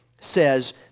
says